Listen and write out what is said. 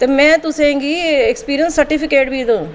ते में तुसेंगी एक्सपीरियंस सर्टीफिकेट बी देङ